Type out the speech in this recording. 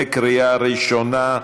בקריאה ראשונה.